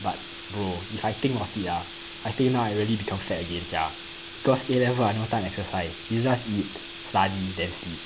but bro if I think about it ah I think now I really become fat already sia cause A level I no time exercise you just eat study then sleep